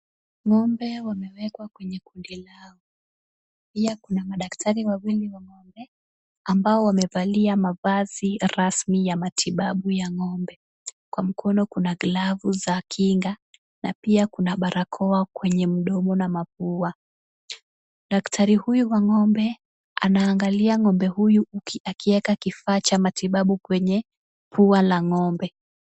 Ng'ombe wamewekwa kwenye kundi lao. Pia kuna madaktari wawili wa ng'ombe ambao wamevalia mavazi rasmi ya matibabu ya ng'ombe. Kwa mkono kuna glavu za kinga na pia kuna barakoa kwenye mdomo na mapua. Daktari huyu wa ng'ombe anaangalia ng'ombe huyu akieka kifaa cha matibabu kwenye pua la ng'ombe.